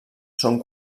són